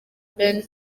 ben